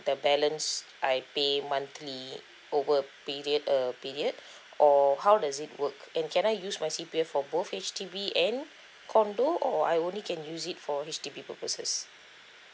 the balance I pay monthly over period uh period or how does it work and can I use my C_P_F for both H_D_B and condo or I only can use it for H_D_B purposes